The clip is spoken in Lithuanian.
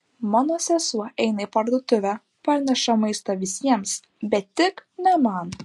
mano sesuo eina į parduotuvę parneša maisto visiems bet tik ne man